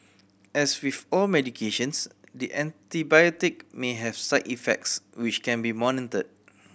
as with all medications the antibiotic may have side effects which can be monitored